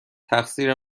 تقصیر